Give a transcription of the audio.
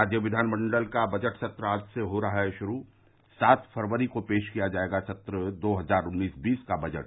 राज्य विधानमंडल का बजट सत्र आज से हो रहा है शुरू सात फरवरी को पेश किया जायेगा सत्र दो हजार उन्नीस बीस का बजट